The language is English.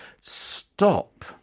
stop